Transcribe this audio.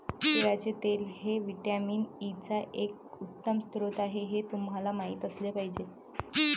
तिळाचे तेल हे व्हिटॅमिन ई चा एक उत्तम स्रोत आहे हे तुम्हाला माहित असले पाहिजे